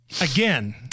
again